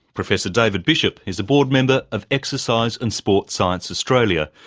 professor david bishop is a board member of exercise and sports science australia,